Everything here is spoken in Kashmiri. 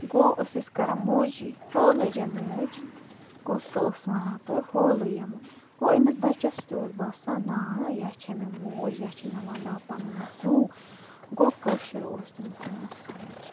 گوٚو أسۍ ٲسۍ کَران موجی ہٲو لجۍ یا موج گوٚو سۄ ٲسۍ وَنان تورٕ ہٲو لٔجۍ یا موج گوٚو أمِس بَچَس تہِ اوس باسان نا یہِ ہا چھِ مےٚ موج یہِ ہا چھِ مےٚ وَنٛدان پَنُن زوٗ گوٚو کٲشُر اوس تٔمِس یِوان سَمجھ